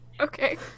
okay